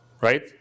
right